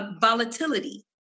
Volatility